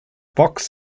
box